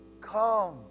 Come